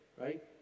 right